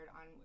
on